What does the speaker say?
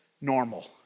normal